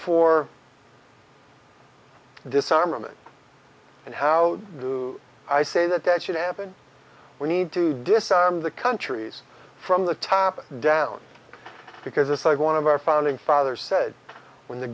for disarmament and how do i say that that should happen we need to disarm the countries from the top down because it's like one of our founding fathers said when the